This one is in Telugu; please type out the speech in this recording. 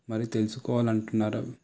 మరి తెలుసుకోవాలి అంటున్నారు